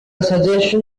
suggestion